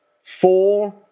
Four